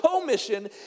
commission